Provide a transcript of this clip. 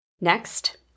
Next